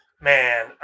man